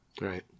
Right